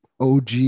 og